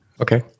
Okay